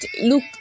look